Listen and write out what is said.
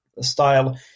style